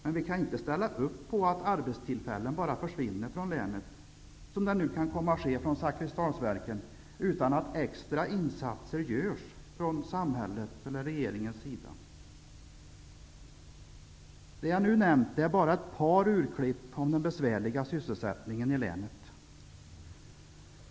Men vi kan inte ställa upp på att arbetstillfällen bara försvinner från länet, som det nu kan komma att ske från Zakrisdalsverken, utan att extra insatser görs från samhället och regeringens sida. Det jag nu nämnt är bara ett par urklipp om det besvärliga sysselsättningsläget i länet.